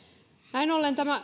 näin ollen tämä